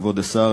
כבוד השר,